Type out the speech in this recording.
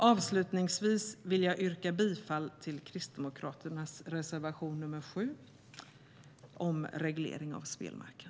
Avslutningsvis vill jag yrka bifall till kristdemokraternas reservation nr 7 om reglering av spelmarknaden.